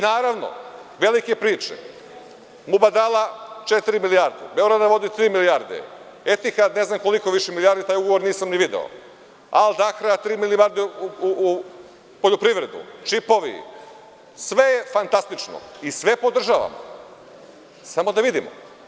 Naravno, velike priče „Mubadala“ četiri milijarde, „Beograd na vodi“ tri milijarde, „Etihad“ ne znam više koliko milijardi, jer taj ugovor nisam ni video, „Al Dahra“ tri milijarde u poljoprivredu, neki čipovi, sve je fantastično i sve podržavamo, samo da vidimo.